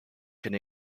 can